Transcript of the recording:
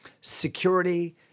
security